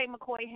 McCoy